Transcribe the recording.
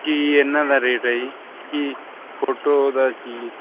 ਕੀ ਇਹਨਾਂ ਦਾ ਰੇਟ ਹੈ ਜੀ ਕੀ ਫੋਟੋ ਦਾ ਕੀ